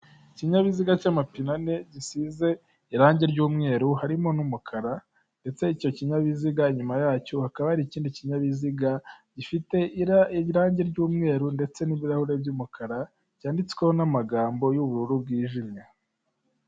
Ikinyabiziga cy'amapinane gisize irange ry'umweru harimo n'umukara ndetse icyo kinyabiziga inyuma yacyo hakaba hari ikindi kinyabiziga gifite irange ry'umweru ndetse n'ibirahuri by'umukara, cyanditsweho n'amagambo y'ubururu bwijimye.